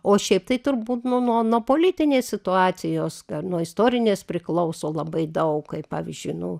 o šiaip tai turbūt nu nuo nuo politinės situacijos ar nuo istorinės priklauso labai daug kai pavyzdžiui nu